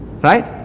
Right